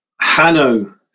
Hanno